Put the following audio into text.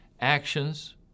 actions